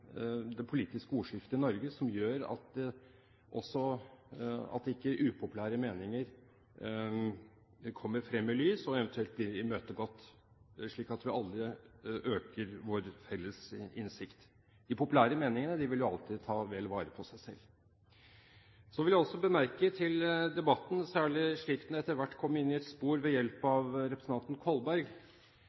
det politiske ordskiftet i Norge som gjør at upopulære meninger ikke kommer frem i lyset og eventuelt blir imøtegått, slik at vi alle øker vår felles innsikt. De populære meningene vil jo alltid bli tatt vel vare på. Så vil jeg også bemerke til debatten, særlig slik den etter hvert kom inn i et spor ved hjelp av representanten Kolberg,